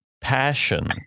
passion